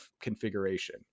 configuration